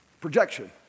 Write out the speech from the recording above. Projection